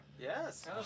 Yes